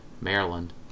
Maryland